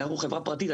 אנחנו חברה פרטית.